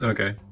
Okay